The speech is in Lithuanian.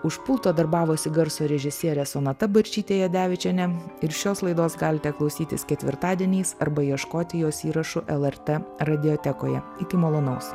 už pulto darbavosi garso režisierė sonata barčytė jadevičienė ir šios laidos galite klausytis ketvirtadieniais arba ieškoti jos įrašų lrt radiotekoje iki malonaus